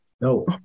no